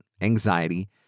anxiety